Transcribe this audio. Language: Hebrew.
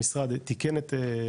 המשרד תיקן ושינה.